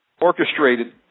orchestrated